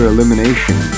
Elimination